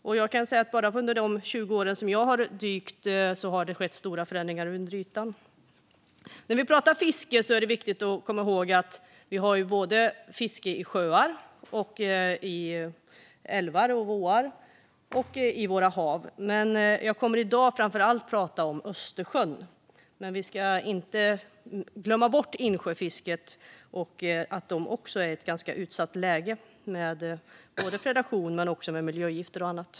Och jag kan säga att bara under de tjugo år som jag har dykt har det skett stora förändringar under ytan. När vi pratar om fiske är det viktigt att komma ihåg att vi har fiske i både sjöar, älvar, åar och våra hav. Jag kommer i dag framför allt att prata om Östersjön, men vi ska inte glömma bort insjöfisket och att det också är i ett ganska utsatt läge, både när det gäller predation och med miljögifter och annat.